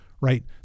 right